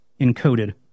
Encoded